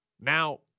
Now